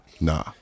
Nah